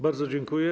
Bardzo dziękuję.